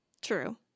True